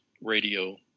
radio